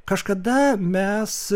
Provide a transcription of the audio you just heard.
kažkada mes